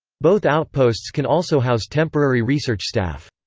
both outposts can also house temporary research staff.